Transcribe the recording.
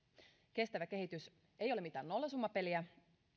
kestävä kehitys ei ole mitään nollasummapeliä